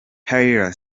haile